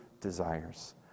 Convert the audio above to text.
desires